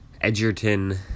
Edgerton